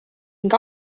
ning